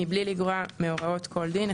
מבלי לגרוע מהוראות כל דין,